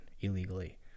illegally